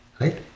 right